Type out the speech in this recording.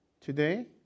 today